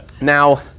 Now